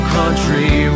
country